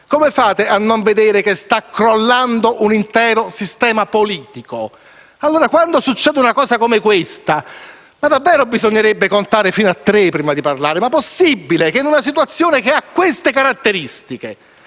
Come fate a non vedere che sta crollando un intero sistema politico? Quando succede una cosa come questa, davvero bisognerebbe contare fino a tre prima di parlare. In una situazione che ha siffatte caratteristiche,